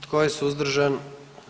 Tko je suzdržan?